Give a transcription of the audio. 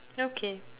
okay